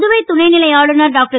புதுவை துணைநிலை ஆளுனர் டாக்டர்